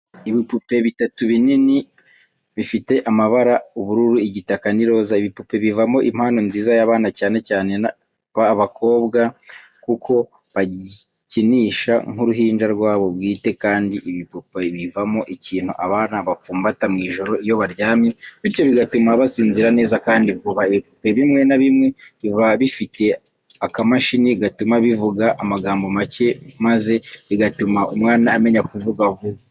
Ibipupe bitatu binini bifite amabara ubururu, igitaka n'iroza, ibipupe bivamo impano nziza y'abana cyane cyane ab'abakobwa kuko bagikinisha nk'uruhinja rwabo bwite, kandi ibipupe bivamo ikintu abana bapfumbata mu ijoro iyo baryamye bityo bigatuma basinzira neza kandi vuba, ibipupe bimwe na bimwe biba bifite akamashini gatuma bivuga amagambo make maze bigatuma umwana amenya kuvuga vuba.